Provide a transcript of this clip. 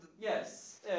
Yes